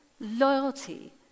loyalty